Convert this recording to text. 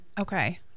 Okay